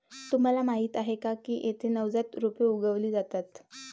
तुम्हाला माहीत आहे का की येथे नवजात रोपे उगवली जातात